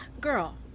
girl